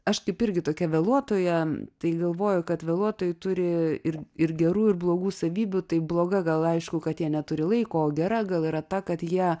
aš taip irgi tokia vėluotoja tai galvoju kad vėluotojai turi ir ir gerų ir blogų savybių tai bloga gal aišku kad jie neturi laiko o gera gal yra ta kad jie